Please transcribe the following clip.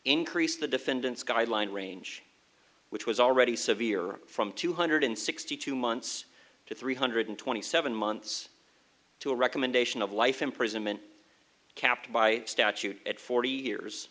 increased the defendant's guideline range which was already severe from two hundred sixty two months to three hundred twenty seven months to a recommendation of life imprisonment kept by statute at forty years